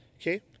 okay